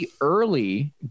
early